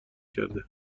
داده